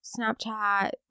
Snapchat